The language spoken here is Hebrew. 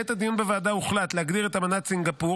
בעת הדיון בוועדה הוחלט להגדיר את אמנת סינגפור